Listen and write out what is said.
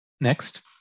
Next